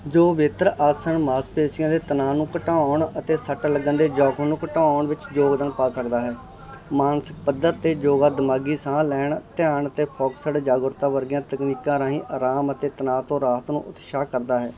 ਜੋ ਬਿਹਤਰ ਆਸਨ ਮਾਸਪੇਸ਼ੀਆਂ ਦੇ ਤਣਾਅ ਨੂੰ ਘਟਾਉਣ ਅਤੇ ਸੱਟ ਲੱਗਣ ਦੇ ਜੋਖਮ ਨੂੰ ਘਟਾਉਣ ਵਿੱਚ ਯੋਗਦਾਨ ਪਾ ਸਕਦਾ ਹੈ ਮਾਨਸਿਕ ਪੱਧਰ 'ਤੇ ਯੋਗਾ ਦਿਮਾਗੀ ਸਾਹ ਲੈਣ ਧਿਆਨ ਅਤੇ ਫੋਕਸਡ ਜਾਗਰੂਕਤਾ ਵਰਗੀਆਂ ਤਕਨੀਕਾਂ ਰਾਹੀਂ ਆਰਾਮ ਅਤੇ ਤਣਾਅ ਤੋਂ ਰਾਹਤ ਨੂੰ ਉਤਸ਼ਾਹ ਕਰਦਾ ਹੈ